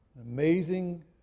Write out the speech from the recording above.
amazing